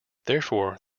therefore